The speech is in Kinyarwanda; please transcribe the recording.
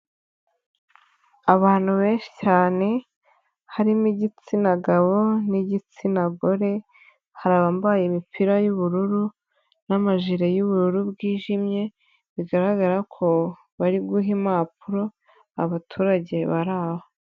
Abantu benshi cyane harimo igitsina gabo n'igitsina gore, har'abambaye imipira y'ubururu n'amaji y'ubururu bwijimye bigaragara ko bari guha impapuro abaturage bar'aho.